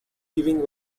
giving